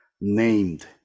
named